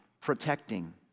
protecting